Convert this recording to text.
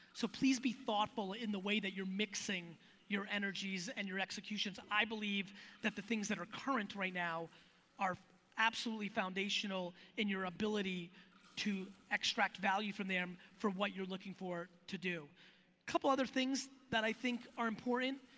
so please be thoughtful in the way that you're mixing your energies and your executions. i believe that the things that are current right now are absolutely foundational in your ability to extract value from them for what you're looking for to do. a couple other things that i think are important.